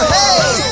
Hey